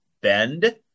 bend